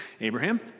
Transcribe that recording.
Abraham